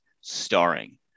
Starring